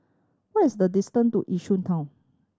what is the distance to Yishun Town